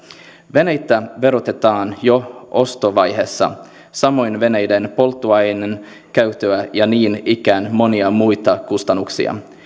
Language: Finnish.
veneitä verotetaan jo ostovaiheessa samoin veneiden polttoaineen käyttöä ja niin ikään monia muita kustannuksia